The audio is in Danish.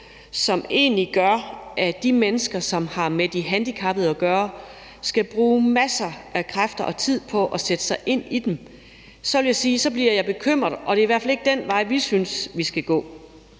som egentlig gør, at de mennesker, som har med de handicappede at gøre, skal bruge masser af kræfter og tid på at sætte sig ind i dem, vil jeg sige, at så bliver jeg bekymre. Og det er i hvert fald ikke den vej, vi synes vi skal gå.